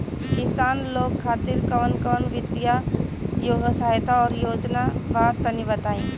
किसान लोग खातिर कवन कवन वित्तीय सहायता और योजना बा तनि बताई?